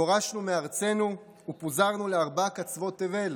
גורשנו מארצנו ופוזרנו לארבעה קצוות תבל,